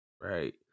Right